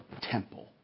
temple